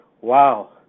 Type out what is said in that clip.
wow